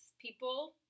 people